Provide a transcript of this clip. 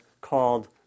called